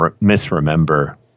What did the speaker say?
misremember